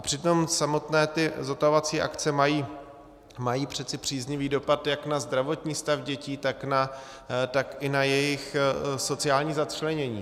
Přitom samotné ty zotavovací akce mají přece příznivý dopad jak na zdravotní stav dětí, tak i na jejich sociální začlenění.